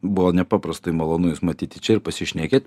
buvo nepaprastai malonu jus matyti čia ir pasišnekėt